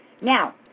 Now